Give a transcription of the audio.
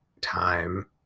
time